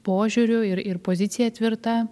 požiūriu ir ir pozicija tvirta